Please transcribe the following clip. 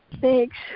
Thanks